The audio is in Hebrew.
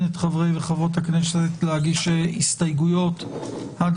את חברי וחברות הכנסת להגיש הסתייגויות עד